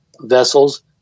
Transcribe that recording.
vessels